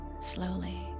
slowly